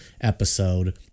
episode